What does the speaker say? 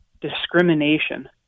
discrimination